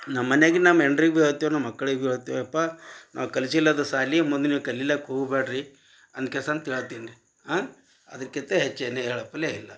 ನಮ್ಮ ಮನ್ಯಾಗೆ ನಮ್ಮ ಹೆಂಡ್ರಿಗೆ ಭಿ ಹೇಳ್ತೇವೆ ನಮ್ಮ ಮಕ್ಳಿಗೆ ಭಿ ಹೇಳ್ತೇವಪ್ಪ ನಾವು ಕಲಿಸಿಲ್ಲದ ಶಾಲಿ ಮುಂದೆ ನೀವು ಕಲಿಲಿಕ್ಕ ಹೋಗ್ಬೇಡ್ರಿ ಅನ್ಕೆಸಂತ ಹೇಳ್ತೀನ್ ರೀ ಅದಕ್ಕಿಂತ ಹೆಚ್ಚೇನೂ ಹೇಳಪ್ಪಲೆ ಇಲ್ಲ